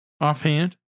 offhand